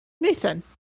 Nathan